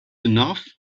enough